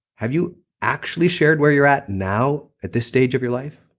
have you actually shared where you're at now at this stage of your life?